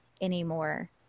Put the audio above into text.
anymore